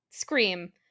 Scream